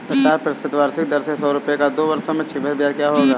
पाँच प्रतिशत वार्षिक दर से सौ रुपये का दो वर्षों में चक्रवृद्धि ब्याज क्या होगा?